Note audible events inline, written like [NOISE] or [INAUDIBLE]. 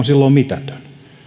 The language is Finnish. [UNINTELLIGIBLE] silloin mitätön